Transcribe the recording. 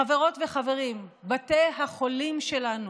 חברות וחברים, בתי החולים שלנו,